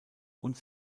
und